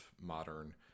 modern